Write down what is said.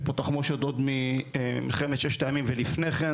יש פה תחמושת עוד מלחמת ששת הימים ולפני כן.